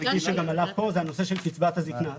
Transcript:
כפי שגם עלה כאן, זה הנושא של קצבת הזקנה.